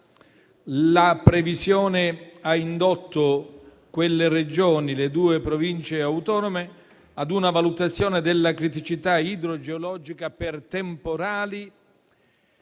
La previsione ha indotto quelle Regioni e le due Province autonome ad una valutazione della criticità idrogeologica per temporali